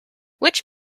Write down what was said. which